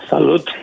Salut